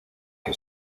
que